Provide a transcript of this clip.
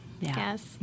Yes